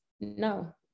No